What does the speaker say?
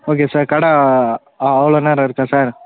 okay sir கடை அவ்வளோ நேரம் இருக்கா சார்